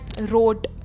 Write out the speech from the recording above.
wrote